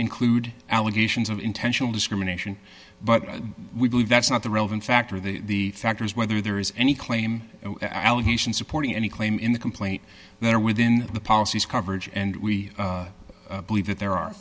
include allegations of intentional discrimination but we believe that's not the relevant factor the factor is whether there is any claim allegation supporting any claim in the complaint that are within the policies coverage and we believe that there are